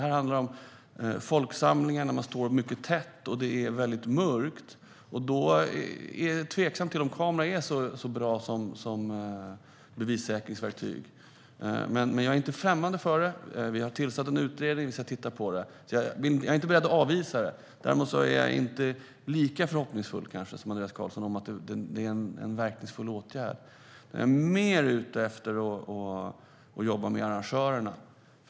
Här handlar det om täta folksamlingar i mörker, och då är det tveksamt om kamera är så bra som bevissäkringsverktyg. Men jag är inte främmande för kameraövervakning. Vi har tillsatt en utredning som ska titta på frågan. Jag är inte beredd att avvisa kameraövervakning, däremot är jag kanske inte lika förhoppningsfull som Andreas Carlson om att det är en verkningsfull åtgärd. Jag är mer ute efter att jobba med arrangörerna.